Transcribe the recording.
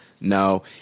No